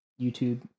YouTube